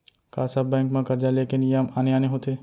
का सब बैंक म करजा ले के नियम आने आने होथे?